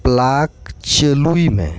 plug ᱪᱟᱹᱞᱩᱭ ᱢᱮ